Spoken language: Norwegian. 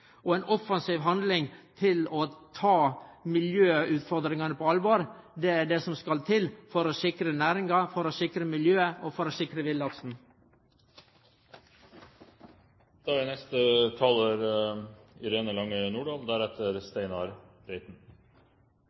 og ei offensiv handling med omsyn til å ta miljøutfordringane på alvor er det som skal til for å sikre næringa, for å sikre miljøet og for å sikre villaksen.